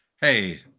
Hey